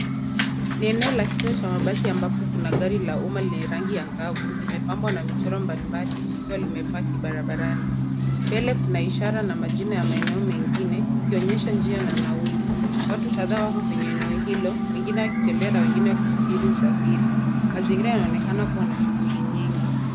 Ni eneo la kituo cha mabasi ambapo gari la umma lenye rangi ya angavu limepambwa na michoro mbalimbali likiwa limepaki barabarani. Mbele kuna ishara na majina ya maeneo mengine ikionyesha njia na nauli. Watu kadhaa wako kwenye eneo hilo , wengine wakitembea na wengine wakisubiri usafiri. Mazingira yanaonekana kuwa na shughuli nyingi.